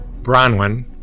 Bronwyn